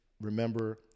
remember